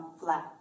flat